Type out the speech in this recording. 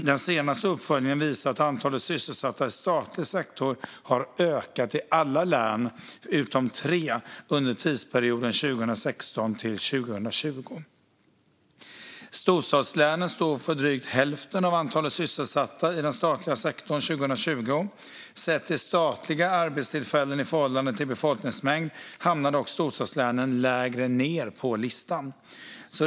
Den senaste uppföljningen visar att antalet sysselsatta i statlig sektor har ökat i alla län utom tre under tidsperioden 2016-2020. Storstadslänen stod för drygt hälften av antalet sysselsatta i den statliga sektorn 2020. När det gäller statliga arbetstillfällen i förhållande till befolkningsmängd hamnar dock storstadslänen längre ned på listan.